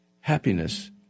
happiness